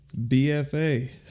BFA